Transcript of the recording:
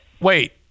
wait